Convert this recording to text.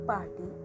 Party